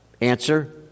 Answer